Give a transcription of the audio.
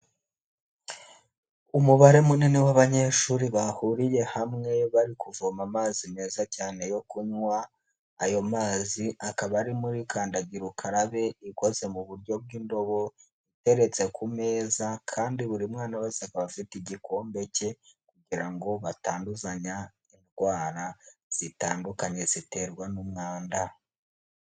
Umubare munini w'abanyeshuri bahuriye hamwe bari kuvoma amazi meza cyane yo kunywa, ayo mazi akaba ari muri kandagira ukarabe ikoze mu buryo bw'indobo iteretse ku meza kandi buri mwana wese akaba afite igikombe cye kugira ngo batanduzanya indwara zitandukanye ziterwa n'umwanda.